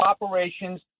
operations